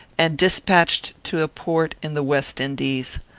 and despatched to a port in the west indies.